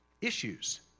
issues